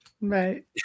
right